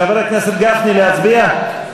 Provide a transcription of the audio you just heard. חבר הכנסת גפני, להצביע?